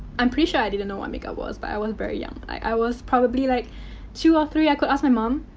i'm pretty sure i didn't know what makeup was but i was very young. i was probably like two or three i could ask my mom.